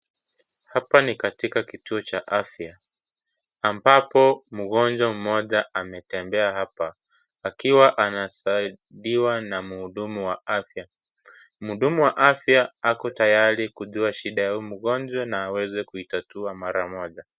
Hapa ni katika kituo cha afya ambapo mgonjwa mmoja ametembea hapa akiwa anasaidiwa na mhudumu wa afya . Mhudumu wa afya ako tayari kujua shida ya huyu mgonjwa na aweze kuitatua mara moja.